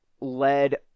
led